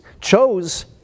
chose